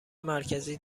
مرکزی